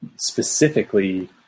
specifically